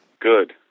Good